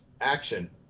action